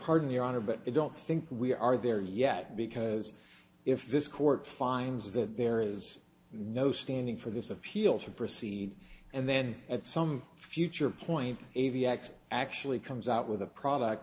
pardon your honor but i don't think we are there yet because if this court finds that there is no standing for this appeal to proceed and then at some future point a v x actually comes out with a product